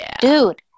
dude